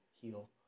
heal